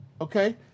okay